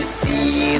see